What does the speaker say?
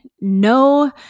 no